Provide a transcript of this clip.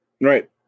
right